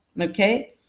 okay